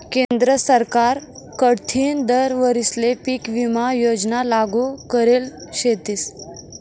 केंद्र सरकार कडथीन दर वरीसले पीक विमा योजना लागू करेल शेतीस